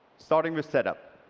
starting with setup,